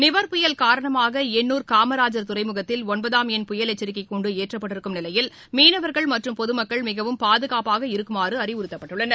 நிவர் புயல் காரணமாக எண்னூர் காமராஜர் துறைமுகத்தில் ஒன்பதாம் எண் புயல் எச்சிக்கை கூண்டு ஏற்றப்பட்டுள்ள நிலையில் மீனவர்கள் மற்றும் பொதுமக்கள் மிகவும் பாதுகாப்பாக இருக்குமாறு அறிவுறுத்தப்பட்டுள்ளனர்